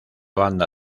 banda